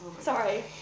Sorry